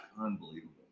Unbelievable